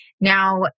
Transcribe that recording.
Now